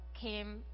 came